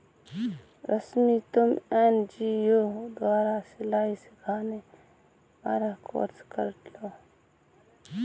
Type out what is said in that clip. रश्मि तुम एन.जी.ओ द्वारा सिलाई सिखाने वाला कोर्स कर लो